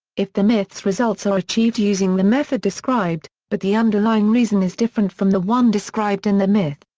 if the myth's results are achieved using the method described, but the underlying reason is different from the one described in the myth.